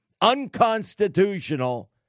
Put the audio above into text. unconstitutional